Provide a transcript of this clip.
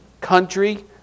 country